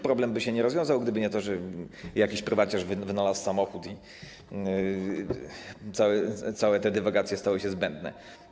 Problem by się nie rozwiązał, gdyby nie to, że jakiś prywaciarz wynalazł samochód i całe te dywagacje stały się zbędne.